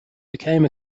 became